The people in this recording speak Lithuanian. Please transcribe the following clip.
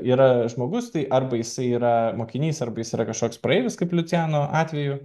yra žmogus tai arba jisai yra mokinys arba jis yra kažkoks praeivis kaip liucijano atveju